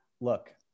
look